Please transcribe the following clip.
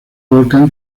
volcán